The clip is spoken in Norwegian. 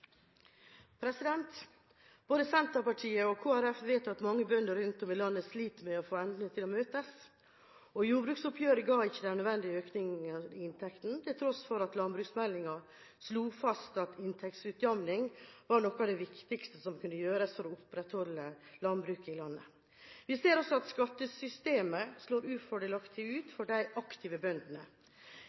Både Senterpartiet og Kristelig Folkeparti vet at mange bønder rundt omkring i landet sliter med å få endene til å møtes. Jordbruksoppgjøret ga ikke den nødvendige økningen i inntekt, til tross for at landbruksmeldingen slo fast at inntektsutjevning var noe av det viktigste som kunne gjøres for å opprettholde landbruket i landet. Vi ser også at skattesystemet slår ufordelaktig ut for de aktive bøndene.